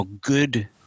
good